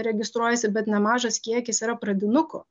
registruojasi bet nemažas kiekis yra pradinukų